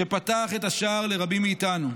שפתח את השער לרבים מאיתנו.